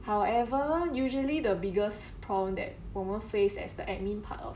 however usually the biggest problem that 我们 face as the admin part of